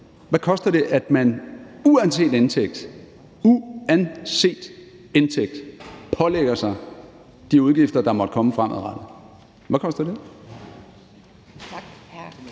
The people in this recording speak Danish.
Hvad koster det, at man uanset indtægt – uanset indtægt – pålægger sig de udgifter, der måtte komme fremadrettet? Hvad koster det?